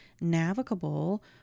navigable